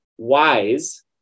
wise